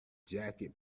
jacket